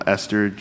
Esther